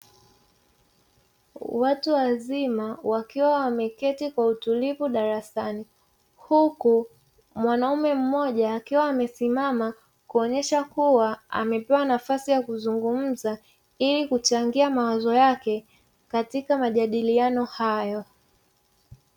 Watu wazima wakiwa wameketi kwa utulivu darasani, huku mwanaume mmoja akiwa amesimama, kuonyesha kuwa amepewa nafasi ya kuzungumza ili kuchangia mawazo yake katika majadiliano hayo.